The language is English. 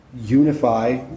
unify